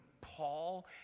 Paul